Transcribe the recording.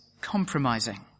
compromising